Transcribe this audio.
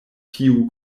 tiu